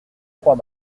trois